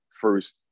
first